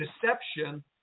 deception